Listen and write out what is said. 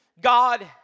God